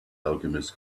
alchemist